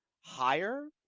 higher